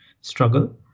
struggle